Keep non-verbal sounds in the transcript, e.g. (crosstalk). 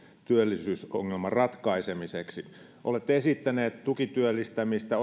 työllisyysongelman ratkaisemiseksi olette esittäneet tukityöllistämistä (unintelligible)